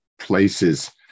places